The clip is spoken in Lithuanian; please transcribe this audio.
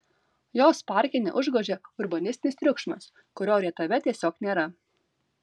jos parke neužgožia urbanistinis triukšmas kurio rietave tiesiog nėra